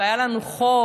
והיה לנו חוק,